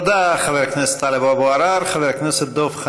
תודה, חבר הכנסת טלב אבו עראר.